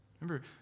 Remember